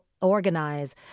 organize